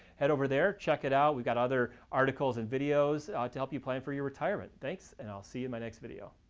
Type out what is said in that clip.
head over there. check it out. we've got other articles and videos to help you plan for your retirement. thanks and i'll see you in my next video.